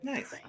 Nice